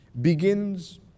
begins